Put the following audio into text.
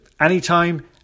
Anytime